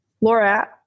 laura